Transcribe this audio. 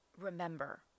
Remember